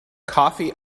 coffee